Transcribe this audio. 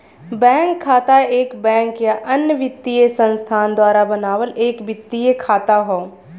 bank खाता एक bank या अन्य वित्तीय संस्थान द्वारा बनावल एक वित्तीय खाता हौ